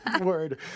Word